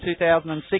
2006